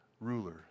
ruler